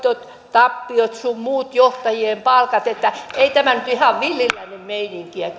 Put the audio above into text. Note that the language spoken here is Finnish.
tappiot sun muut johtajien palkat niin että ei tämä nyt ihan villin lännen meininkiä